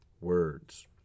words